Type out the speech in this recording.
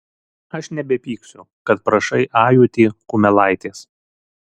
aš nebepyksiu kad prašai ajutį kumelaitės